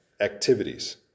activities